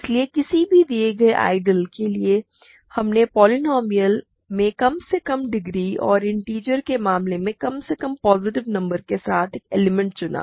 इसलिए किसी भी दिए गए आइडियल के लिए हमने पोलीनोमिअल में कम से कम डिग्री और इन्टिजर के मामले में कम से कम पॉजिटिव नंबर के साथ एक एलिमेंट चुना